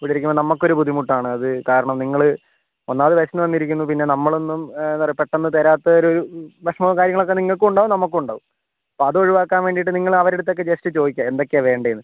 ഇവിടെ ഇരിക്കുമ്പോൾ നമുക്ക് ഒരു ബുദ്ധിമുട്ടാണ് അത് കാരണം നിങ്ങൾ ഒന്നാമത് വിശന്ന് വന്ന് ഇരിക്കുന്നു പിന്ന നമ്മൾ ഒന്നും എന്താണ് പറയുക പെട്ടെന്ന് തരാത്ത ഒരു വിഷമവും കാര്യങ്ങൾ ഒക്കെ നിങ്ങൾക്കും ഉണ്ടാവും നമുക്കും ഉണ്ടാവും അപ്പം അത് ഒഴിവാക്കാൻ വേണ്ടിയിട്ട് നിങ്ങൾ അവരടിത്ത് ഒക്കെ ജസ്റ്റ് ചോദിക്കുക എന്തൊക്കെയാണ് വേണ്ടതെന്ന്